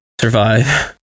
survive